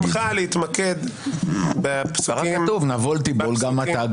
אבל אני אבקש ממך להתמקד בפסוקים -- כך כתוב: "נבול תיבול גם אתה,